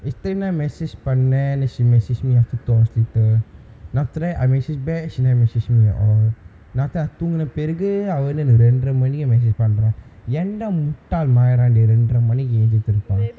yesterday night message பண்ணே:pannae then she message me after two hours later then after that I messaged back she never message me at all தூங்குன பிறகு அவ வந்து எனக்கு ரென்ற மணிக்கு:thoonguna piragu ava vanthu enakku rendra manikku message பண்றான் எந்த முட்டாள் மைராண்டி ரென்ற மணிக்கு எந்திரித்து இருப்பான்:panraan entha muttaal mairaandi rendra manikku enthirithu iruppaan